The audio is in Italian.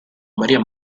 maria